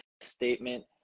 statement